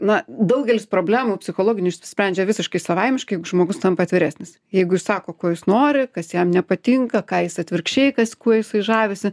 na daugelis problemų psichologinių išsisprendžia visiškai savaimiškai jeigu žmogus tampa atviresnis jeigu išsako ko jis nori kas jam nepatinka ką jis atvirkščiai kas kuo jisai žavisi